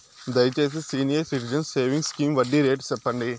దయచేసి senior citizens savings scheme వడ్డీ rate సెప్పండి